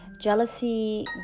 Jealousy